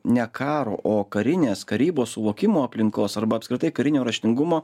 ne karo o karinės karybos suvokimo aplinkos arba apskritai karinio raštingumo